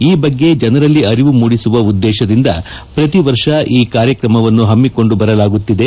ಈ ಬಗ್ಗೆ ಜನರಲ್ಲಿ ಅರಿವು ಮೂಡಿಸುವ ಉದ್ದೇಶದಿಂದ ಪ್ರತಿ ವರ್ಷ ಈ ಕಾರ್ಯಕ್ರಮವನ್ನು ಹಮ್ಮಿಕೊಂಡು ಬರಲಾಗುತ್ತಿದೆ